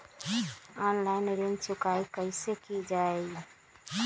Online ऋण चुकाई कईसे की ञाई?